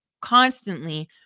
constantly